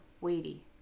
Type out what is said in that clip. weighty